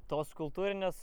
tos kultūrinės